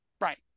Right